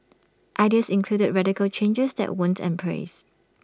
ideas included radical changes that weren't embraced